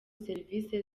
serivisi